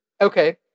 Okay